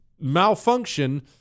malfunction